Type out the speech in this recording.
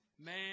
Man